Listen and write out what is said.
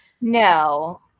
No